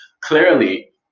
clearly